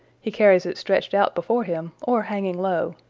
he carries it stretched out before him or hanging low.